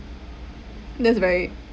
that's right